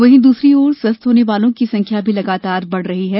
वहीं दूसरी ओर स्वस्थ होने वालों की संख्या भी लगातार बढ़ रही है